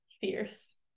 fierce